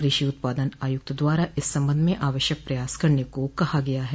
कृषि उत्पादन आयुक्त द्वारा से इस संबंध में आवश्यक प्रयास करने को कहा गया है